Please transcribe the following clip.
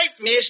miss